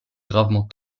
gravement